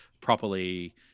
properly